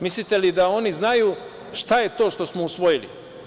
Mislite li da oni znaju šta je to što smo usvojili?